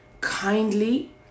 kindly